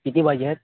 किती पाहिजे आहेत